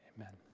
Amen